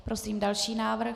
Prosím další návrh.